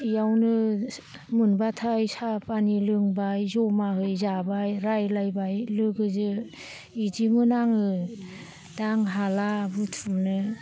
इयावनो मोनब्लाथाय साहा पानि लोंबाय जमायै जाबाय रायज्लायबाय लोगोजो इदिमोन आङो दा आं हाला बुथुमनो